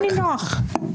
נינוח?